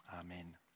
Amen